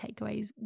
takeaways